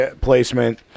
placement